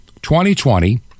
2020